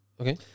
Okay